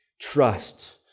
trust